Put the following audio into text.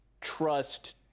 trust